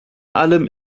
allem